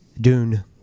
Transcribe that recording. Dune